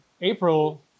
April